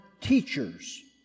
teachers